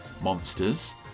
monsters